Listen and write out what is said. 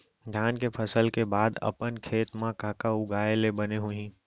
धान के फसल के बाद अपन खेत मा का उगाए ले बने होही?